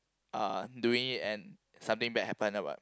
uh doing it and something bad happen